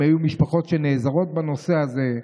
אם היו משפחות שהיו נעזרות בנושא הזה,